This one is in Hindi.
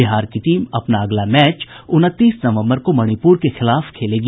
बिहार की टीम अपना अगला मैच उनतीस नवम्बर को मणिपुर के खिलाफ खेलेगी